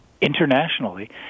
internationally